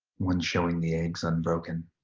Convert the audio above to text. one showing the eggs unbroken.